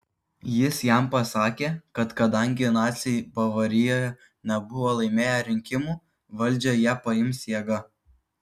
jis jam pasakė kad kadangi naciai bavarijoje nebuvo laimėję rinkimų valdžią jie paims jėga